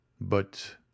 But